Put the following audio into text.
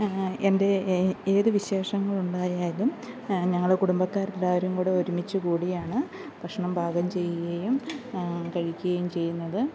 എൻ്റെ ഏത് വിശേഷങ്ങൾ ഉണ്ടായാലും ഞങ്ങൾ കുടുംബക്കാർ എല്ലാവരും കൂടെ ഒരുമിച്ച് കൂടിയാണ് ഭക്ഷണം പാകം ചെയ്യുകയും കഴിക്കുകയും ചെയ്യുന്നത്